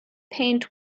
paint